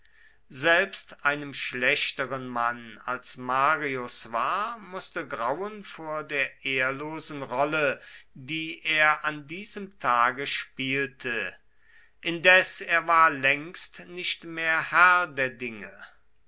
selbst einem schlechteren mann als marius war mußte grauen vor der ehrlosen rolle die er an diesem tage spielte indes er war längst nicht mehr herr der dinge